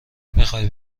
میخای